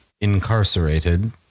incarcerated